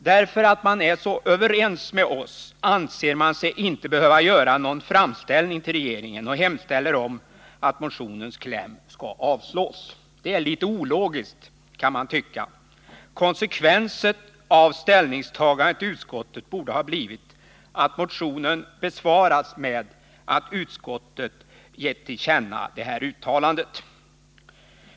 Därför att man är så överens med oss anser man siginte behöva göra någon framställning till regeringen och hemställer om att motionens kläm skall avslås. Det är litet ologiskt, kan man tycka. Konsekvensen av ställningstagandet i utskottet borde ha blivit att motionen besvarats med vad utskottet gett till känna i det här uttalandet.